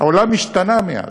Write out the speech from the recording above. העולם השתנה מאז,